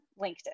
LinkedIn